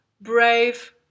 brave